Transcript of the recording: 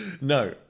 no